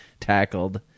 tackled